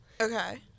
Okay